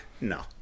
no